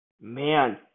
man